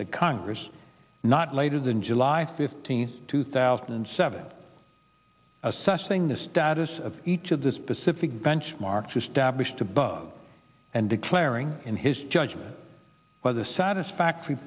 the congress not later than july fifteenth two thousand and seven assessing the status of each of the specific benchmarks established to bug and declaring in his judgment whether a satisfactory